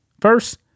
First